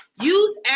use